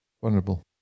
vulnerable